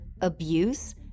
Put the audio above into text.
Abuse